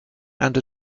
and